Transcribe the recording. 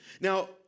Now